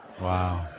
wow